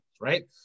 right